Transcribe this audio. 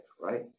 right